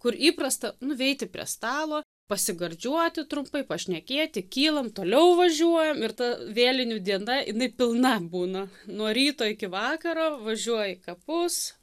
kur įprasta nuveiti prie stalo pasigardžiuoti trumpai pašnekėti kylam toliau važiuojam ir ta vėlinių diena jinai pilna būna nuo ryto iki vakaro važiuoji į kapus